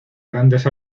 grandes